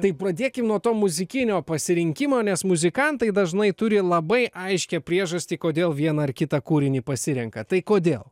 tai pradėkim nuo to muzikinio pasirinkimo nes muzikantai dažnai turi labai aiškią priežastį kodėl vieną ar kitą kūrinį pasirenka tai kodėl